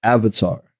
Avatar